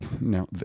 No